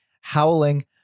howling